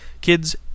Kids